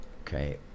okay